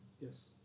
Yes